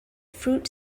fruit